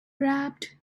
wrapped